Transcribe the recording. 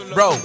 Bro